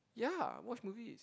ya watch movies